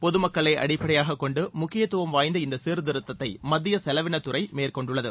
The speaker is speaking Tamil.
பொதுமக்களை அடிப்படையாகக்கொண்டு முக்கியத்துவம் வாய்ந்த இந்த சீர்திருத்தத்தை மத்திய செலவினத்துறை மேற்கொண்டுள்ளது